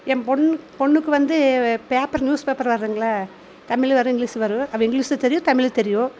என் பொண் பொண்ணுக்கு வந்து பேப்பர் நியூஸ் பேப்பர் வருதுங்கள்ல தமிழும் வரும் இங்கிலிஷ்ஷும் வரும் அவள் இங்கிலிஷ்ஷும் சரி தமிழும் தெரியும்